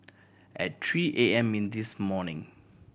at three A M in this morning